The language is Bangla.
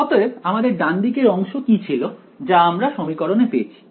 অতএব আমাদের ডান দিকের অংশ কি ছিল যা আমরা সমীকরণে পেয়েছি